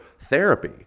therapy